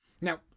Now